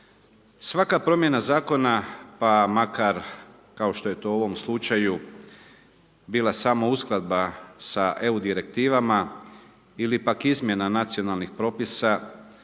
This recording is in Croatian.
Svaka promjena zakona pa makar kao što je to u ovom slučaju bila samo uskladba sa EU direktivama ili pak izmjena nacionalnih propisa,